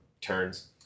turns